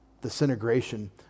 disintegration